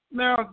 now